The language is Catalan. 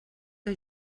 que